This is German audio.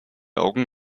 augen